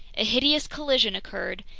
a hideous collision occurred,